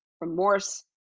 remorse